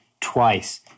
twice